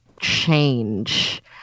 change